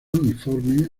uniforme